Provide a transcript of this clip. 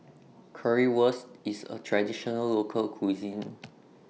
Currywurst IS A Traditional Local Cuisine